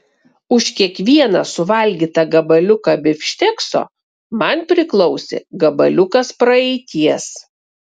už kiekvieną suvalgytą gabaliuką bifštekso man priklausė gabaliukas praeities